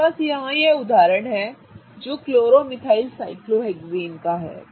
मेरे पास यहां यह उदाहरण है जो क्लोरोमिथाइल साइक्लोहेक्सेन का है